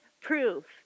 proof